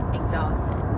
exhausted